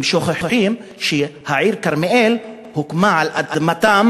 הם שוכחים שהעיר כרמיאל הוקמה על אדמתם